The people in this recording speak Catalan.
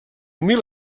mil